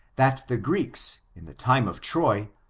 that the greeks, in the time of troy,